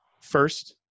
first